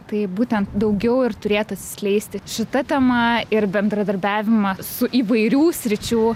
tai būtent daugiau ir turėtų atsiskleisti šita tema ir bendradarbiavimą su įvairių sričių